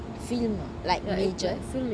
film like a major